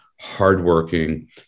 hardworking